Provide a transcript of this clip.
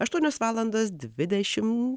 aštuonios valandos dvidešim